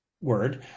word